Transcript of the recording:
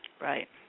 right